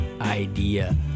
idea